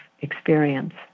experience